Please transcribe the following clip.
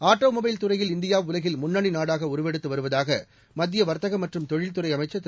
automobile துறையில் India உலகில் முன்னணி நாடாக உருவெடுத்து வருவதாக மத்திய வர்த்தக மற்றும் தொழில்துறை அமைச்சர் திரு